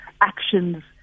actions